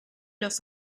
los